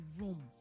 room